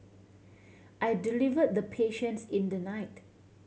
I deliver the patients in the night